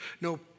no